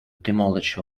demolish